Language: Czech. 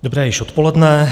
Dobré již odpoledne.